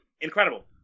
incredible